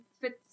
fits